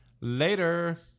Later